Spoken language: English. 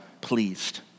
pleased